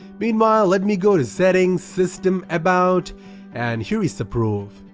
meanwhile let me go to settings, system, about and here is the proof.